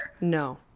No